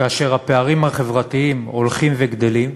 כאשר הפערים החברתיים הולכים וגדלים,